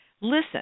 Listen